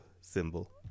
symbol